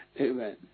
Amen